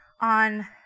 on